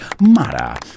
mara